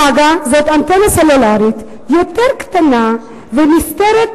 מג"א זאת אנטנה סלולרית יותר קטנה ונסתרת,